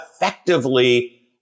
effectively